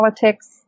politics